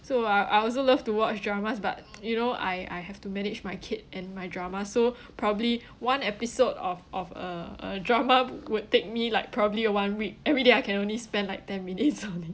so I I also love to watch dramas but you know I I have to manage my kid and my drama so probably one episode of of uh uh drama would take me like probably a one week every day I can only spend like ten minutes only